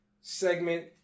segment